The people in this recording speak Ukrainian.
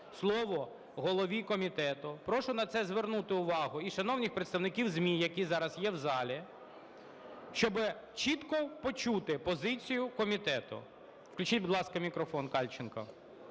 слово голові комітету. Прошу на це звернути увагу і шановних представників ЗМІ, які зараз є в залі, щоб чітко почути позицію комітету. Включіть, будь ласка, мікрофон Кальченко.